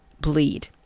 bleed